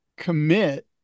commit